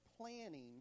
planning